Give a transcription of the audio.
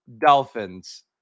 Dolphins